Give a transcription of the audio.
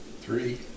Three